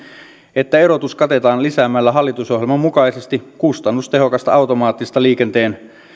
että erotus katetaan lisäämällä hallitusohjelman mukaisesti kustannustehokasta automaattista liikenteen